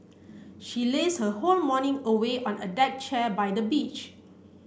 she lazed her whole morning away on a deck chair by the beach